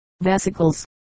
vesicles